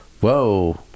Whoa